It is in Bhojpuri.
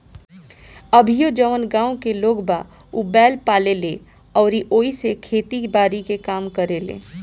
अभीओ जवन गाँव के लोग बा उ बैंल पाले ले अउरी ओइसे खेती बारी के काम करेलें